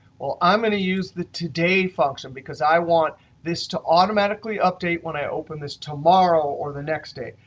well, i'm going to use the today function, because i want this to automatically update when i open this tomorrow or the next day.